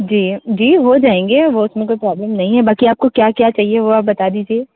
जी हो जाएंगे वह उसमें कोई प्रॉबलम नहीं है बाक़ी आपको क्या क्या चाहिए वह आप बता दीजिए